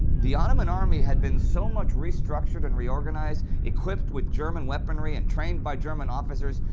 the ottoman army had been so much restructured and reorganized, equipped with german weaponry and trained by german officers,